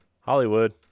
Hollywood